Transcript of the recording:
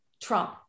Trump